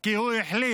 כי הוא החליט